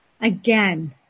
Again